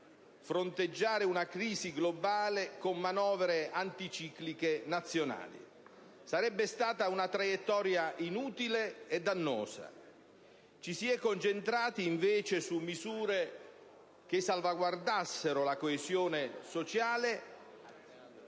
fronteggiare una crisi globale con manovre anticicliche nazionali; sarebbe stata un traiettoria inutile e dannosa. Ci si è concentrati invece su misure che salvaguardassero la coesione sociale